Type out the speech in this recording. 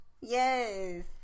Yes